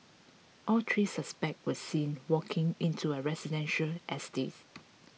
all three suspects were seen walking into a residential estates